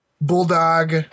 Bulldog